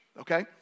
okay